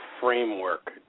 framework